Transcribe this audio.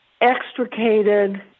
extricated